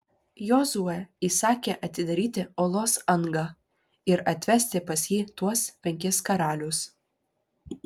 jozuė įsakė atidaryti olos angą ir atvesti pas jį tuos penkis karalius